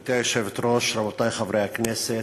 גברתי היושבת-ראש, רבותי חברי הכנסת,